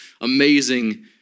amazing